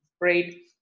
great